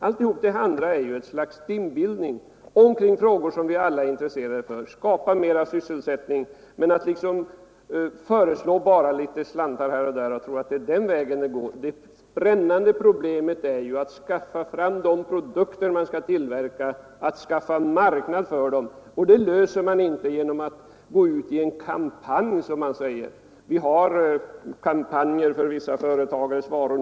Alltihop det andra är ett slags dimbildning omkring frågor som vi alla är intresserade av, dvs. att skapa mera sysselsättning. Att föreslå litet slantar här och där — på den vägen går det inte. Det brännande problemet är att skaffa fram de produkter som skall tillverkas, att skaffa marknad för dem. Det problemet löser man inte genom att gå ut i en kampanj, som man säger. Vi har nu och då kampanjer för vissa företagares varor.